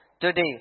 today